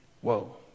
Whoa